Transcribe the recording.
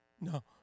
No